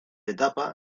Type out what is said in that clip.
etapa